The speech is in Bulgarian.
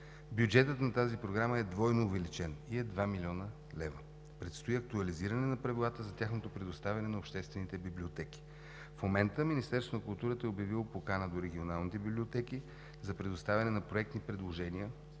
бюджетът на тази програма е двойно увеличен и е 2 млн. лв. Предстои актуализиране на правилата за тяхното предоставяне на обществените библиотеки. В момента Министерството на културата е обявило покана до регионалните библиотеки за предоставяне на проектни предложения